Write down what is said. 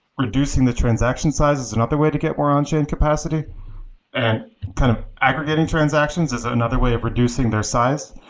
reducing the transaction size is another way to get more on chain capacity and kind of aggregating transactions is another way of reducing their size.